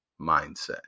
mindset